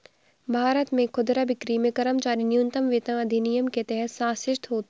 भारत में खुदरा बिक्री में कर्मचारी न्यूनतम वेतन अधिनियम के तहत शासित होते है